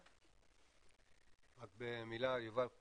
רק במילה, יובל.